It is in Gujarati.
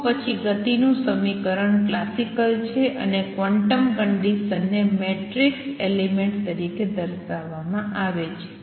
તો પછી ગતિનું સમીકરણ ક્લાસિકલ છે અને ક્વોન્ટમ કંડિસન્સ ને મેટ્રિક્સ એલિમેંટ્સ તરીકે દર્શાવવામાં આવે છે